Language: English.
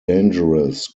dangerous